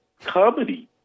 comedy